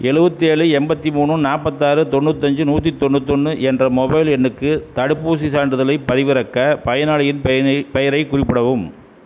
எழுபத்தி ஏழு எண்பத்தி மூணு நாற்பத்தாறு தொண்ணூத்தஞ்சு நூற்றி தொண்ணூற்றி ஒன்று என்ற மொபைல் எண்ணுக்கு தடுப்பு ஊசி சான்றிதழை பதிவிறக்க பயனாளியின் பெயரை பெயரை குறிப்பிடவும்